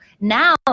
now